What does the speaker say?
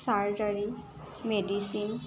surgery medicine